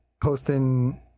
posting